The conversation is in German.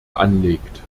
anlegt